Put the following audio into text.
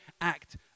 act